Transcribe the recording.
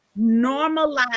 normalize